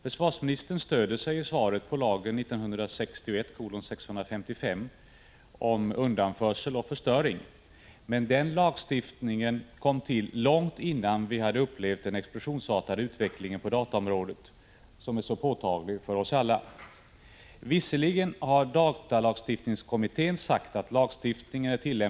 Försvarsministern stödjer sig i svaret på lagen 1961:655 om undanförsel och förstöring, men den lagstiftningen kom till långt innan vi upplevde den explosionsartade utveckling på dataområdet som är så påtaglig för oss alla. Visserligen har datalagstiftningskommittén sagt att lagstiftningen är tillämp Prot.